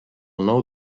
nou